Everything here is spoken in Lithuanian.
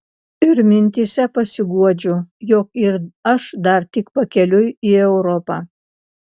ir mintyse pasiguodžiu jog ir aš dar tik pakeliui į europą